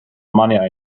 money